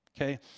okay